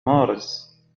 مارس